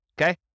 Okay